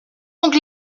donc